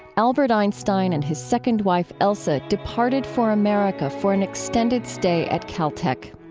albert einstein and his second wife, elsa, departed for america for an extended stay at cal tech.